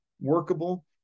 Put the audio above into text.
workable